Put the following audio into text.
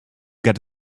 get